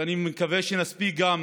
ואני מקווה שנספיק גם